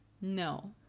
No